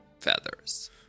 feathers